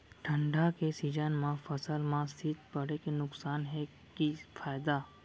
ठंडा के सीजन मा फसल मा शीत पड़े के नुकसान हे कि फायदा?